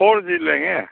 four G लेंगे